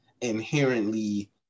inherently